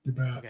okay